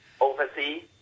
overseas